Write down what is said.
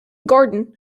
gordon